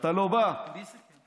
שאתה לא בא, מי סיכם?